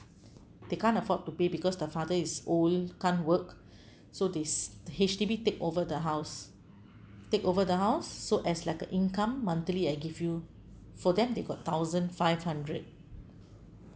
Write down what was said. they can't afford to pay because the father is old can't work so this H_D_B take over the house take over the house so as like a income monthly I give you for them they got thousand five hundred